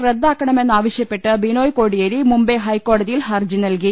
റദ്ദാക്കണമെന്നാവ ശ്യപ്പെട്ട് ബിനോയ് കോടിയേരി മുംബൈ ഹൈക്കോടതിയിൽ ഹർജി നൽകി